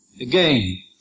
again